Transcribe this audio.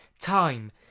time